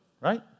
right